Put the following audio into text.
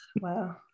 wow